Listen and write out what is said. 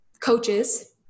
coaches